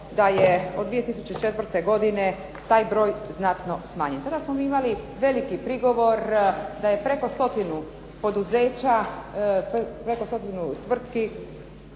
da je od 2004. godine taj broj znatno smanjen. Tada smo mi imali veliki prigovor da je preko stotinu poduzeća, preko stotinu tvrtki